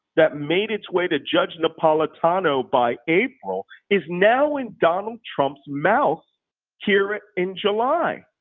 that made its way to judge napolitano by april, is now in donald trump's mouth here in july.